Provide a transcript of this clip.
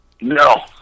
No